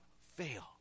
fail